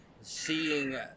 seeing